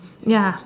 ya